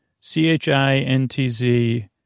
C-H-I-N-T-Z